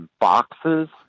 boxes